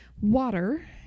water